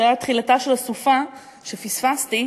שהיה תחילתה של הסופה שפספסתי,